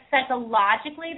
psychologically